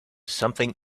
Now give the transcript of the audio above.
something